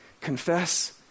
confess